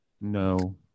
no